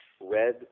red